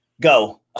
go